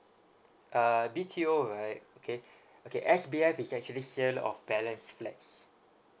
uh B_T_O right okay okay S_B_F is actually sale of balance flats